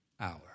hour